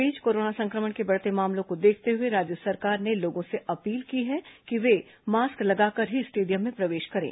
इस बीच कोरोना संक्रमण के बढ़ते मामलों को देखते हुए हुए राज्य सरकार ने लोगों से अपील की है कि वे मास्क लगाकर ही स्टेडियम में प्रवेश करें